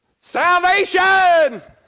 Salvation